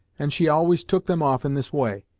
and she always took them off in this way.